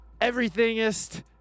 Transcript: everythingist